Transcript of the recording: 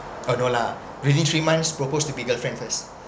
oh no lah really three months proposed to be girlfriends first